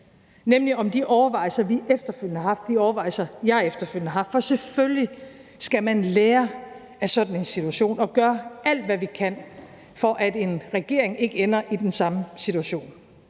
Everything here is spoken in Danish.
nemlig om de overvejelser, vi efterfølgende har haft, de overvejelser, jeg efterfølgende har haft. For selvfølgelig skal vi lære af sådan en situation og gøre alt, hvad vi kan, for at en regering ikke ender i den samme situation.